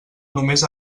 només